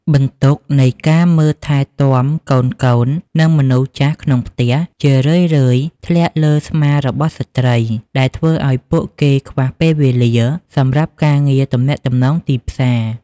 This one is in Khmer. បន្ទុកនៃការមើលថែទាំកូនៗ និងមនុស្សចាស់ក្នុងផ្ទះ ជារឿយៗធ្លាក់លើស្មារបស់ស្ត្រី ដែលធ្វើឱ្យពួកគេខ្វះពេលវេលាសម្រាប់ការងារទំនាក់ទំនងទីផ្សារ។